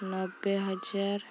ନବେ ହଜାର